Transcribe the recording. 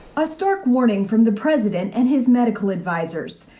a stark warning from the president and his medical advisors.